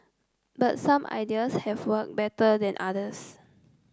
but some ideas have worked better than others